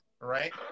right